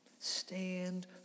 Stand